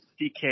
DK